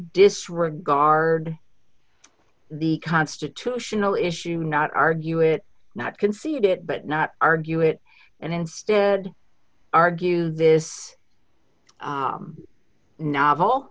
disregard the constitutional issue not argue it not concede it but not argue it and instead argue this novel